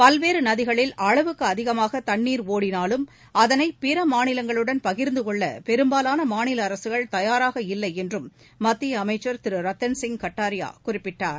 பல்வேறு நதிகளில் அளவுக்கு அதிகமாக தண்ணீர் ஒடினாலும் அதனை பிற மாநிலங்களுடன் பகிர்ந்து கொள்ள பெரும்பாலான மாநில அரசுகள் தயாராக இல்லை என்றும் மத்திய அமைச்சர் திருரத்தன் சிங் கட்டாரியா குறிப்பிட்டார்